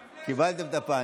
קיבלתם את הפאנץ'.